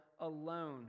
alone